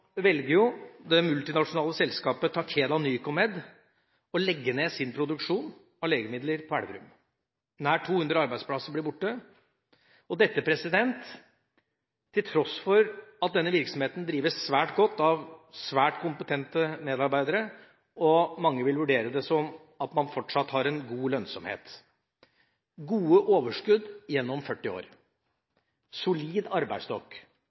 velger det multinasjonale selskapet Takeda Nycomed å legge ned sin produksjon av legemidler på Elverum. Nær 200 arbeidsplasser blir borte, til tross for at denne virksomheten drives svært godt av svært kompetente medarbeidere, og mange vil vurdere det dit hen at man fortsatt har en god lønnsomhet – gode overskudd gjennom 40 år, solid arbeidsstokk,